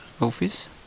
office